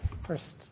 First